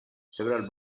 several